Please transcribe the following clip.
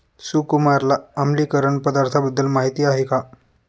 सुकुमारला आम्लीकरण पदार्थांबद्दल माहिती आहे का?